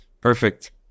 Perfect